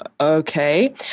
Okay